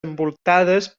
envoltades